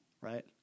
right